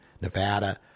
Nevada